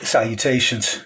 Salutations